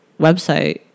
website